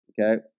Okay